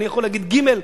אני יכול להגיד ג',